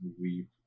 weep